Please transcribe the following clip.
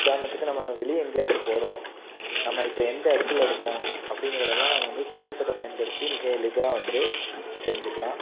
உதாரணத்துக்கு நம்ம வெளியே எங்கேயாச்சும் போகறோம் நம்ம இப்போ எந்த இடத்துல இருக்கோம் அப்படிங்கிறதெல்லாம் நம்ம வந்து தொழில்நுட்பத்தை பயன்படுத்தி மிக எளிதாக வந்து தெரிஞ்சிக்கலாம்